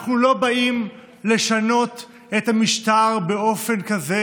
אנחנו לא באים לשנות את המשטר באופן כזה,